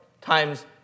times